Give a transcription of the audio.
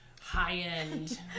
high-end